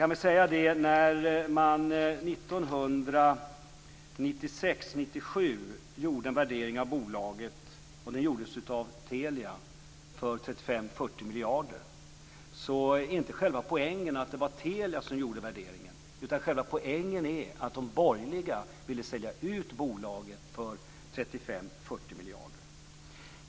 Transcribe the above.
När man 1996-1997 gjorde en värdering av bolaget - den gjordes av Telia - för 35-40 miljarder, är inte poängen att det var Telia som gjorde värderingen, utan poängen är att de borgerliga ville sälja ut bolaget för 35-40 miljarder.